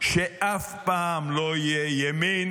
שאף פעם לא יהיה ימין